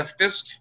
leftist